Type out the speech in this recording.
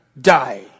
die